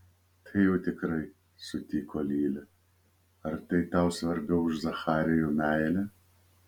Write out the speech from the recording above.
tai jau tikrai sutiko lilė ar tai tau svarbiau už zacharijo meilę